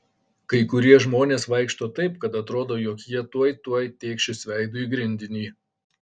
kai kurie žmonės vaikšto taip kad atrodo jog jie tuoj tuoj tėkšis veidu į grindinį